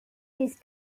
this